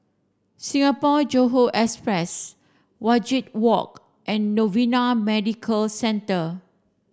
Singapore Johore Express Wajek Walk and Novena Medical Centre